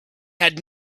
had